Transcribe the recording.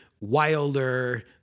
Wilder